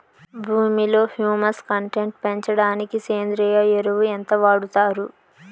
భూమిలో humus content పెంచడానికి సేంద్రియ ఎరువు ఎంత వాడుతారు